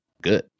good